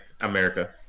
America